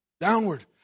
downward